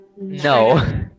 No